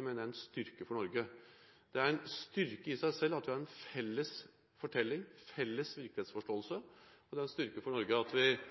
mener jeg er en styrke for Norge. Det er en styrke i seg selv at vi har en felles fortelling, en felles virkelighetsforståelse, og det er en styrke for Norge at vi